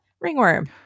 Ringworm